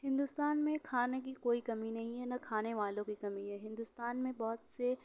ہندوستان میں کھانے کی کوئی کمی نہیں ہے نہ کھانے والوں کی کمی ہے ہندوستان میں بہت سے